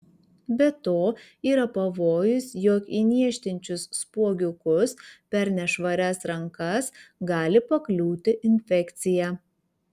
be to yra pavojus jog į niežtinčius spuogiukus per nešvarias rankas gali pakliūti infekcija